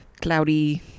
cloudy